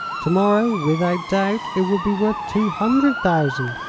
to-morrow, without doubt, it will be worth two hundred thousand.